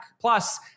plus